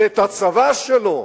ואת הצבא שלו.